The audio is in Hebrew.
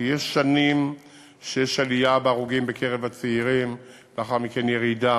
כי יש שנים שיש עלייה בהרוגים בקרב הצעירים ולאחר מכן ירידה.